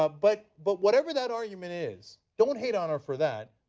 ah but but whatever that argument is, don't hate on her for that.